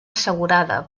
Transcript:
assegurada